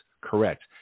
correct